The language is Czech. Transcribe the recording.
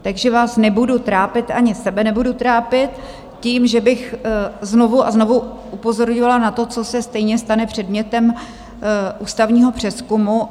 Takže vás nebudu trápit, ani sebe nebudu trápit tím, že bych znovu a znovu upozorňovala na to, co se stejně stane předmětem ústavního přezkumu.